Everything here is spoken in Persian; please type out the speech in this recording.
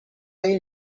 این